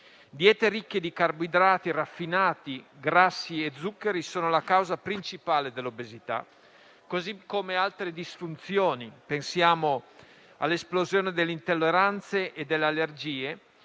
Diete ricche di carboidrati raffinati, grassi e zuccheri sono la causa principale dell'obesità, così come di altre disfunzioni: pensiamo all'esplosione delle intolleranze e delle allergie